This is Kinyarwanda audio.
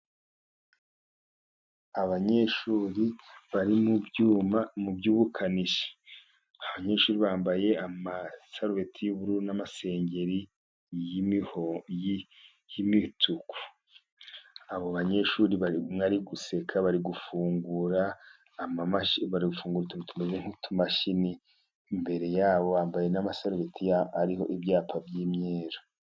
Abanyeshuri bari mu byuma mu by'ubukanishi abanyeshuri bambaye amasarubeti y'ubururu n'amasengeri y'imituku. Abo banyeshuriri umwe ari guseka, bari gufungura utuntu tumeze nk'utumashini. Imbere yabo bambaye n'amasarubeti yabo ariho ibyapa by'imyeru.